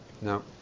No